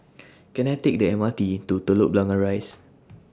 Can I Take The M R T to Telok Blangah Rise